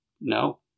no